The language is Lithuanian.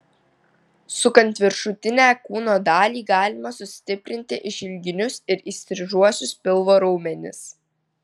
sukant viršutinę kūno dalį galima sustiprinti išilginius ir įstrižuosius pilvo raumenis